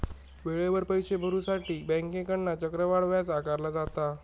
वेळेवर पैशे भरुसाठी बँकेकडना चक्रवाढ व्याज आकारला जाता